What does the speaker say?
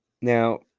now